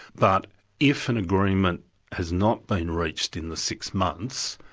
but if an agreement has not been reached in the six months,